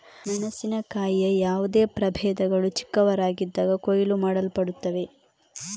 ಮೆಣಸಿನಕಾಯಿಯ ಯಾವುದೇ ಪ್ರಭೇದಗಳು ಚಿಕ್ಕವರಾಗಿದ್ದಾಗ ಕೊಯ್ಲು ಮಾಡಲ್ಪಡುತ್ತವೆ